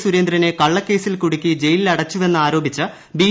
സുരേന്ദ്രനെ കളളക്കേസിൽ കൂടുക്കി ജ യിലിലടച്ചുവെന്നാരോപിച്ച് ബി